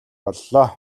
боллоо